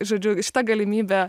žodžiu šita galimybė